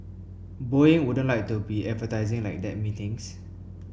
Boeing wouldn't like to be advertising like that methinks